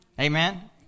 Amen